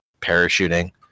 parachuting